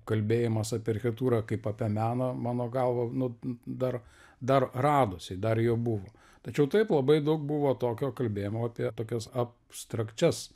kalbėjimas apie architektūrą kaip apie meną mano galva nu dar dar radosi dar jo buvo tačiau taip labai daug buvo tokio kalbėjimo apie tokias abstrakčias